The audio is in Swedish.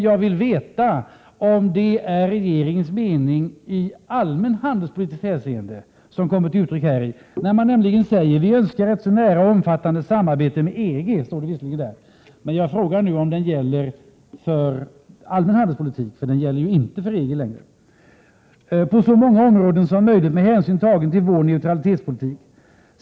Jag vill veta om det är regeringens mening i allmänt handelspolitiskt hänseende som kommer till uttryck när man säger: ”Vi önskar ett så nära och omfattande samarbete med EG på så många områden som möjligt med hänsyn tagen till vår neutralitetspolitik.